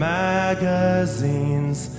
magazines